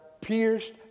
pierced